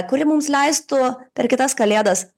kuri mums leistų per kitas kalėdas